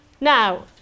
Now